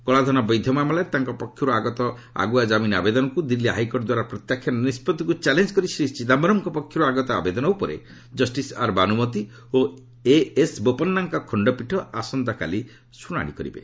କଳାଧନ ବୈଧ ମାମଲାରେ ତାଙ୍କ ପକ୍ଷରୁ ଆଗତ ଆଗୁଆ କାମିନ ଆବେଦନକୁ ଦିଲ୍ଲୀ ହାଇକୋର୍ଟ ଦ୍ୱାରା ପ୍ରତ୍ୟାଖ୍ୟାନ ନିଷ୍ପଭିକୁ ଚ୍ୟାଲେଞ୍ଜ କରି ଶ୍ରୀ ଚିଦାୟରମଙ୍କ ପକ୍ଷରୁ ଆଗତ ଆବେଦନ ଉପରେ କଷ୍ଟିସ ଆର୍ ବାନୁମତୀ ଓ ଏଏସ୍ ବୋପାନ୍ନାଙ୍କ ଖଣ୍ଡପୀଠ ଆସନ୍ତାକାଲି ଶୁଣାଶି କରିବେ